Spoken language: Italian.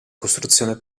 costruzione